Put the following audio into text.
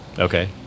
Okay